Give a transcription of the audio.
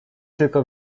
tylko